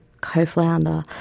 co-founder